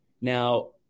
Now